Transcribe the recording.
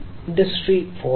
industry 4